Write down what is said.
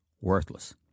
worthless